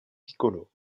piccolo